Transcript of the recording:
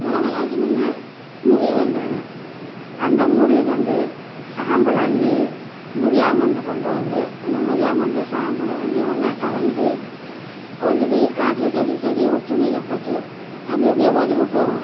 மிளகால்லாம் வச்சுருந்தோம்னா முருலி வந்துடுங்க அந்த முருலிக்கு வந்து சாம்பலை அள்ளி முரியா மருந்தை கொண்டுட்டு வந்து அந்த முரியா மருந்தும் சாம்பலும் ரெண்டையும் ஒன்றா கலந்து கொண்டு போய் காட்டில் செடி செடியை ஒரு துணியில் போட்டு அப்படி அப்படியே உதறிவுட்டு வருவோம்